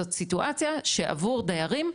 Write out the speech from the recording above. זאת סיטואציה שעבור דיירים,